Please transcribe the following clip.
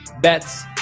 bets